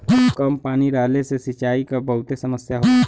कम पानी रहले से सिंचाई क बहुते समस्या होला